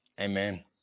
Amen